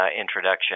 introduction